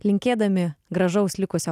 linkėdami gražaus likusio